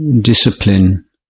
discipline